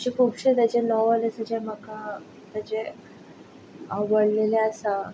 अश्यो खुबश्यो तांचे नोवेल आसा जे म्हाका तांचे आवडलेले आसा